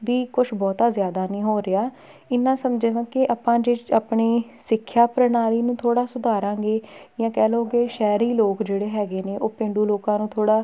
ਵੀ ਕੁਛ ਬਹੁਤਾ ਜ਼ਿਆਦਾ ਨਹੀਂ ਹੋ ਰਿਹਾ ਇੰਨਾ ਸਮਝੇ ਹਾਂ ਕਿ ਆਪਾਂ ਜੇ ਆਪਣੀ ਸਿੱਖਿਆ ਪ੍ਰਣਾਲੀ ਨੂੰ ਥੋੜ੍ਹਾ ਸੁਧਾਰਾਂਗੇ ਜਾਂ ਕਹਿ ਲਓ ਕਿ ਸ਼ਹਿਰੀ ਲੋਕ ਜਿਹੜੇ ਹੈਗੇ ਨੇ ਉਹ ਪੇਂਡੂ ਲੋਕਾਂ ਨੂੰ ਥੋੜ੍ਹਾ